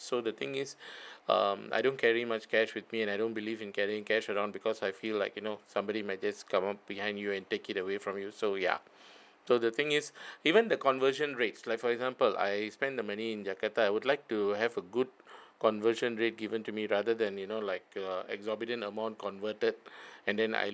so the thing is um I don't carry much cash with me and I don't believe in carrying cash around because I feel like you know somebody might just come up behind you and take it away from you so ya so the thing is even the conversion rates like for example I spend the money in jakarta I would like to have a good conversion rate given to me rather than you know like err exorbitant amount converted and then I